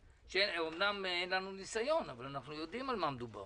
עודד, אבל אתה לא יכול כל רגע